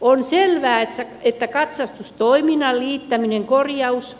on selvää että katsastustoiminnan liittäminen korjaus